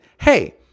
hey